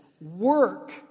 work